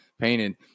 painted